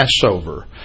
Passover